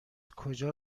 کجا